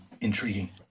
intriguing